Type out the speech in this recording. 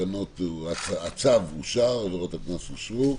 הצו אושר, עבירות הקנס אושרו.